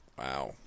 Wow